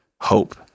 hope